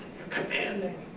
you're commanding